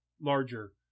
larger